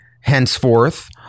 Henceforth